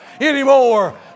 anymore